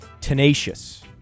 tenacious